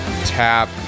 tap